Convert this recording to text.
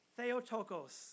Theotokos